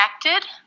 connected